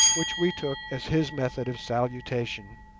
which we took as his method of salutation.